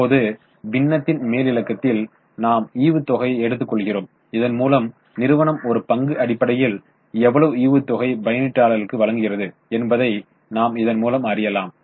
இப்போது பின்னத்தின் மேலிலக்கத்தில் நாம் ஈவுத்தொகையை எடுத்துக்கொள்கிறோம் இதன்மூலம் நிறுவனம் ஒரு பங்கு அடிப்படையில் எவ்வளவு ஈவுத்தொகையை பயனீட்டாளர்க்கு வழங்குகிறது என்பதை நாம் இதன் மூலம் அறியலாம்